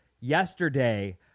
yesterday